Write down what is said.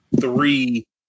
three